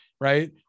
Right